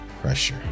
pressure